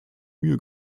mühe